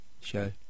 show